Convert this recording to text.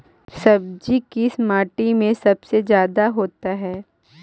सब्जी किस माटी में सबसे ज्यादा होता है?